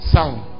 Sound